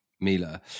Mila